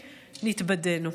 נתבדינו.